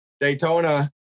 Daytona